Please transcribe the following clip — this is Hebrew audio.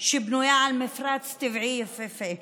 שבנויה על מפרץ טבעי יפהפה.